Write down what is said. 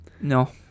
no